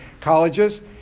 colleges